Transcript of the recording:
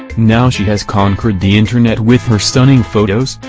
now she has conquered the internet with her stunning photos,